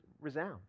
resound